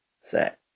set